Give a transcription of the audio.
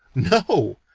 no!